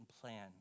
plan